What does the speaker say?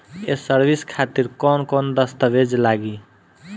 ये सर्विस खातिर कौन कौन दस्तावेज लगी?